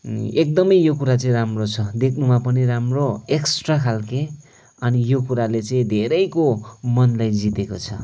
एकदमै यो कुरा चाहिँ राम्रो छ देख्नुमा पनि राम्रो एक्सट्रा खालको अनि यो कुराले चाहिँ धेरैको मनलाई जितेको छ